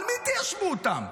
על מי תיישבו אותם?